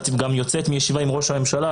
את יוצאת מישיבה עם ראש הממשלה,